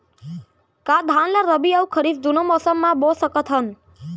का धान ला रबि अऊ खरीफ दूनो मौसम मा बो सकत हन?